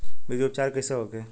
बीज उपचार कइसे होखे?